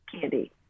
candy